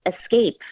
escape